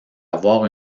avoir